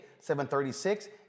736